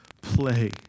play